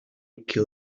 kill